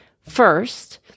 First